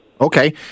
Okay